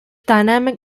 dynamic